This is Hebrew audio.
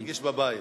תרגיש בבית.